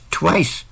twice